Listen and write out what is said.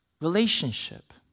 relationship